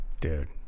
Dude